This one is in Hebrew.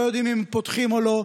לא יודעים אם פותחים או לא.